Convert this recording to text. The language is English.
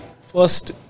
first